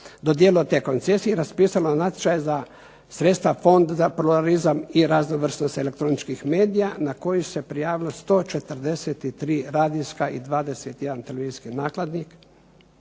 dodijelilo te koncesije, raspisalo natječaj za sredstva Fond za pluralizam i raznovrsnost elektroničkih medija da koji se prijavilo 143 radijska i 21 televizijskih nakladnih,